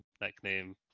nickname